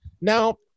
Now